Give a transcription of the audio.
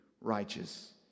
righteous